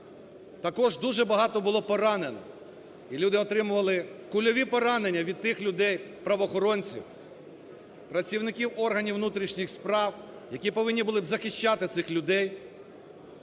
Також дуже багато було поранених, і люди отримували кульові поранення від тих людей, правоохоронців, працівників органів внутрішніх справ, які повинні були б захищати цих людей